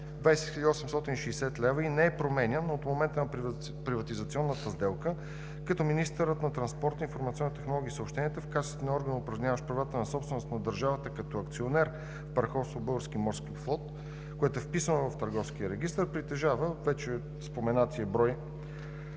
860 лв. и не е променян от момента на приватизационната сделка, като министърът на транспорта информационните технологии и съобщенията, в качеството си на орган, упражняващ правата на собственост на държавата като акционер в „Параходство Български морски флот“ АД, което е вписано в Търговския регистър, притежава вече споменатия брой